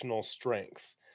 strengths